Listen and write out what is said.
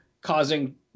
causing